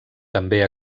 també